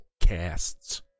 Casts